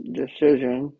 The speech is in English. decision